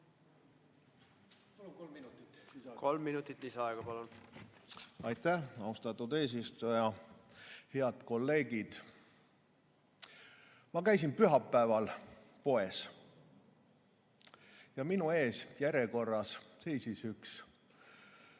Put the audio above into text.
Kolm minutit lisaaega, palun! Aitäh, austatud eesistuja! Head kolleegid! Ma käisin pühapäeval poes ja minu ees järjekorras seisis üks